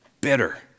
bitter